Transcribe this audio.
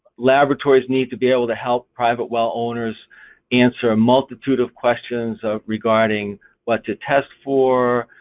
laboratories need to be able to help private well owners answer a multitude of questions of regarding what to test for,